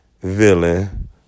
villain